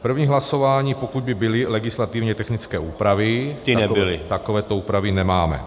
První hlasování, pokud by byly legislativně technické úpravy takovéto úpravy nemáme.